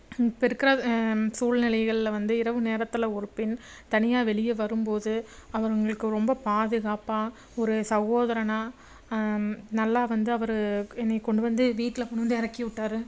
இப்போ இருக்கறது சூழ்நிலைகளில் வந்து இரவு நேரத்தில் ஒரு பெண் தனியாக வெளியே வரும்போது அவங்களுக்கு ரொம்ப பாதுகாப்பாக ஒரு சகோதரனா நல்லா வந்து அவரு என்னைய கொண்டு வந்து வீட்டில் கொண்டு வந்து இறக்கி விட்டாரு